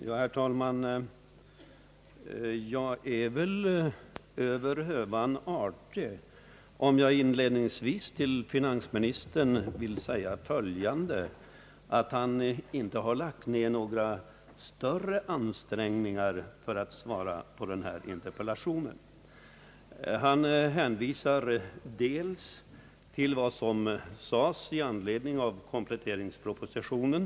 Herr talman! Jag är väl över hövan artig om jag inledningsvis till finansministern säger, att han inte har lagt ned några större ansträngningar för att svara på den här interpellationen. Han hänvisar till vad som sades i anledning av kompletteringspropositionen.